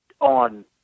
on